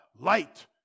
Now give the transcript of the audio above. light